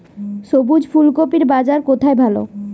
সবুজ ফুলকপির বাজার কোথায় ভালো?